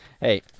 hey